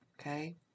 okay